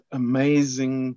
amazing